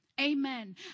Amen